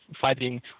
fighting